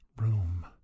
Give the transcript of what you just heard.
room